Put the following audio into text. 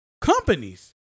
companies